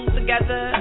together